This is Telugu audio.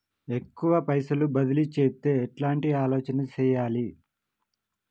ఎక్కువ పైసలు బదిలీ చేత్తే ఎట్లాంటి ఆలోచన సేయాలి?